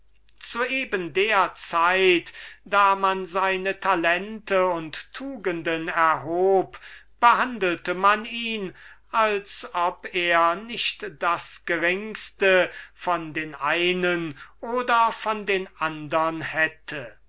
zu eben der zeit da man seine talente und tugenden erhob behandelte man ihn eben so als ob er nicht das geringste von den einen noch von den andern hätte